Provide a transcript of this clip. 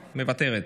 מוותרת.